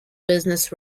business